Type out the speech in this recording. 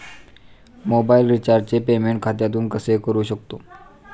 Mobile रिचार्जचे payment खात्यातून कसे करू शकतो?